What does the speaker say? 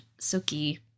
Suki